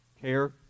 care